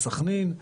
בסכנין,